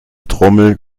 trommel